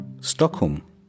Stockholm